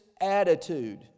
attitude